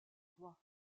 rois